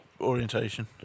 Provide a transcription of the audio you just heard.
orientation